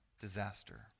disaster